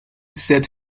set